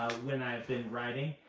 when i have been writing,